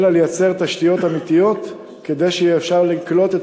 אלא לייצר תשתיות אמיתיות כדי שיהיה אפשר לקלוט את